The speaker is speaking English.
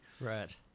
Right